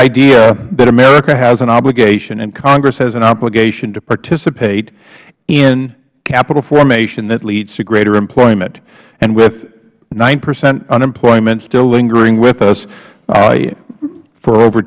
idea that america has an obligation and congress has an obligation to participate in capital formation that leads to greater employment and with nine percent unemployment still lingering with us for over